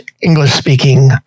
English-speaking